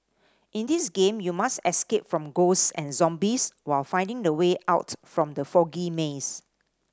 in this game you must escape from ghosts and zombies while finding the way out from the foggy maze